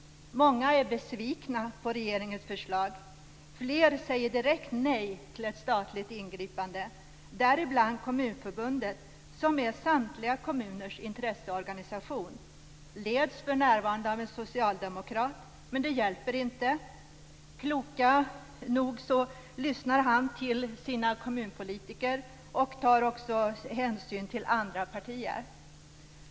Många är besvikna på regeringens förslag. Flera säger direkt nej till ett statligt ingripande, bl.a. Kommunförbundet som är samtliga kommuners intresseorganisation och som för närvarande leds av en socialdemokrat. Men det hjälper inte. Han lyssnar klokt nog till sina kommunpolitiker, och han tar också hänsyn till andra partier.